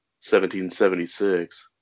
1776